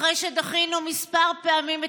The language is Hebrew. אחרי שדחינו כמה פעמים,